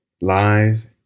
lies